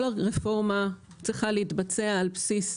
כל הרפורמה צריכה להתבצע על בסיס